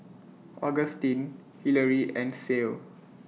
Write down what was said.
Augustin Hillery and Cael